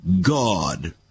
God